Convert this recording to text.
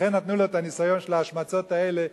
לכן נתנו לו את הניסיון של ההשמצות האלה,